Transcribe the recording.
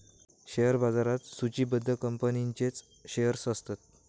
share बाजारात सुचिबद्ध कंपनींचेच शेअर्स असतत